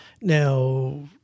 Now